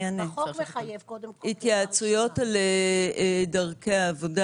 התייעצויות לדרכי העבודה,